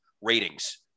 ratings